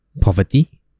poverty